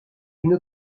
une